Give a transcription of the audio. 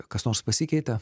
kas nors pasikeitė